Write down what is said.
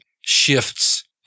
shifts